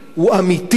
אמיתי,